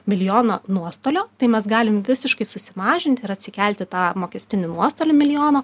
milijoną nuostolio tai mes galim visiškai susimažinti ir atsikelti tą mokestinį nuostolį milijono